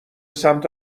سمت